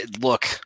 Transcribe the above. look